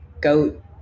goat